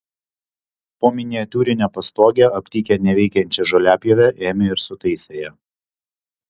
po miniatiūrine pastoge aptikę neveikiančią žoliapjovę ėmė ir sutaisė ją